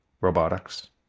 robotics